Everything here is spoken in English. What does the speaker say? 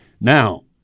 Now